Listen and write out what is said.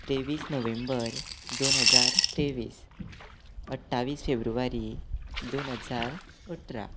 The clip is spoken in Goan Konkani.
तेव्वीस नोव्हेंबर दोन हजार तेव्वीस अठ्ठावीस फेब्रुवारी दोन हजार अठरा